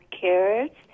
carrots